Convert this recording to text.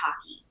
hockey